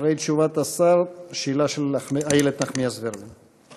אחרי תשובת השר, שאלה של איילת נחמיאס ורבין.